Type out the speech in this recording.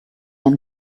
ein